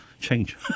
change